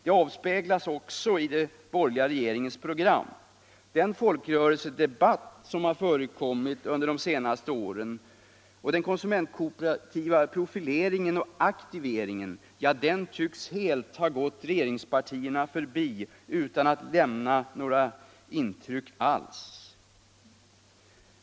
Detta avspeglas också i den borgerliga regeringens program. Den folkrörelsedebatt som har förekommit under de senaste åren och den konsumentkooperativa profileringen och aktiveringen tycks ha gått regeringspartierna förbi och inte lämnat några intryck alls.